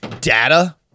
data